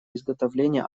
изготовления